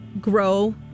grow